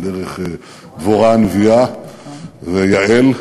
דרך דבורה הנביאה ויעל,